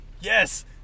Yes